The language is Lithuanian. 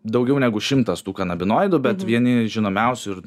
daugiau negu šimtas tų kanabinoidų bet vieni žinomiausių ir